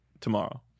tomorrow